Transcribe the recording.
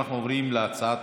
אנחנו עוברים להצעת